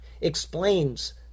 explains